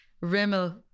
Rimmel